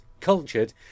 cultured